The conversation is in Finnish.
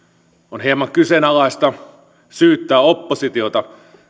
on hieman kyseenalaista syyttää oppositiota